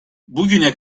bugüne